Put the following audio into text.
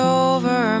over